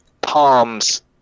palms